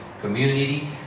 community